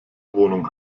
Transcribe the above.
wohnung